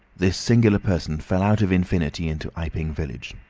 this singular person fell out of infinity into iping village.